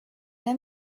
era